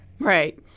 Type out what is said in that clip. Right